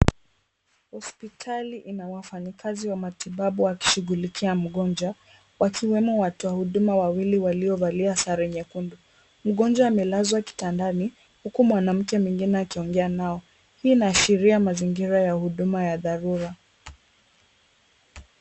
Hospitali ina wafanyikazi matibabu wakishughulikia mgonjwa wakiwemo watu wa huduma wawili waliovalia sare nyekundu .Mgonjwa amelazwa kitandani huku mwanamke mwingine akiongea nao. Hii inaashiria mazingira ya huduma ya dharura.